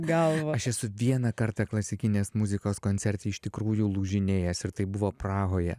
gal aš esu vieną kartą klasikinės muzikos koncerte iš tikrųjų lūžinėjęs ir tai buvo prahoje